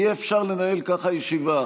אי-אפשר לנהל ככה ישיבה.